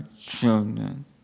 children